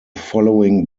following